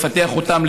לפתח אותם,